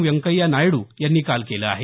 व्यंकय्या नायडू यांनी काल केलं आहे